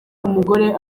umugore